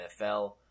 NFL